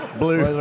blue